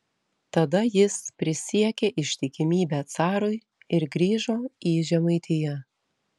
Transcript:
tada jis prisiekė ištikimybę carui ir grįžo į žemaitiją